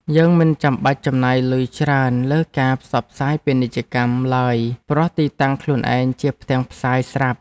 យើងមិនចាំបាច់ចំណាយលុយច្រើនលើការផ្សព្វផ្សាយពាណិជ្ជកម្មឡើយព្រោះទីតាំងខ្លួនឯងជាផ្ទាំងផ្សាយស្រាប់។